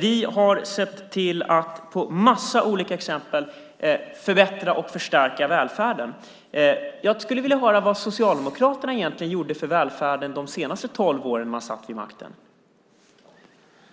Vi har sett till att på en massa olika områden förbättra och förstärka välfärden. Jag skulle vilja höra vad Socialdemokraterna egentligen gjorde för välfärden de senaste tolv åren då de satt vid makten.